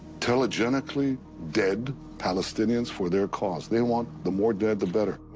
telegenically dead palestinian for their cause. they want, the more dead the better.